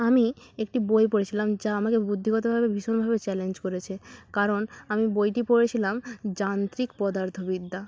আমি একটি বই পড়েছিলাম যা আমাকে বুদ্ধিগতভাবে ভীষণভাবে চ্যালেঞ্জ করেছে কারণ আমি বইটি পড়েছিলাম যান্ত্রিক পদার্থবিদ্যা